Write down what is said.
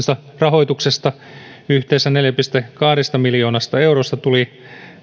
rahoituksesta yhteensä neljästä pilkku kahdesta miljoonasta eurosta tuli